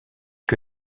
que